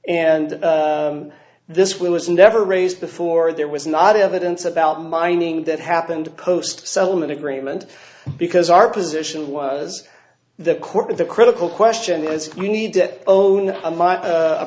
and this was never raised before there was not evidence about mining that happened post settlement agreement because our position was the core of the critical question as we need it own a